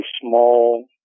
small